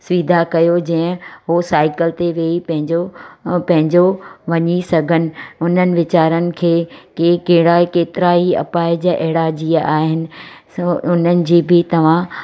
सुविधा कयो जंहिं उहो साइकिल ते वेई पंहिंजो पंहिंजो वञी सघनि उन्हनि वीचारनि खे के कहिड़ा केतिरा ई अपाहिज अहिड़ा जीअं आहिनि सो उन्हनि जी बि तव्हां